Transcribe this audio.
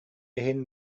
иһин